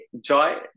joy